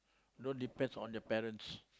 don't depends on your parents